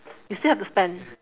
you still have to spend